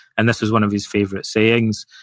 and this was one of his favorite sayings,